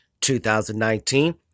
2019